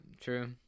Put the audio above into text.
true